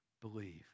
believe